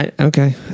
Okay